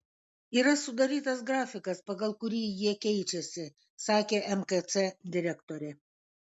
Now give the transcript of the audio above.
yra sudarytas grafikas pagal kurį jie keičiasi sakė mkc direktorė